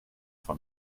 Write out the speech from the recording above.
for